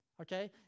okay